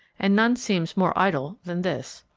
and none seems more idle than this.